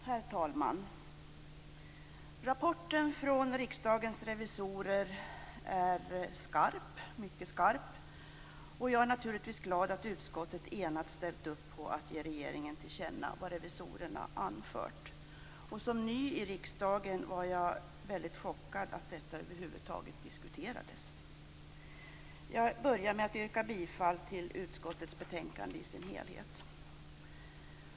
Herr talman! Rapporten från Riksdagens revisorer är mycket skarp. Jag är naturligtvis glad över att utskottet enat ställt upp på att ge regeringen till känna vad revisorerna anfört. Som ny i riksdagen var jag väldigt chockad över att detta över huvud taget diskuterades. Inledningsvis yrkar jag bifall till hemställan i utskottets betänkande i dess helhet.